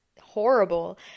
horrible